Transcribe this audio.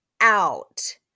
out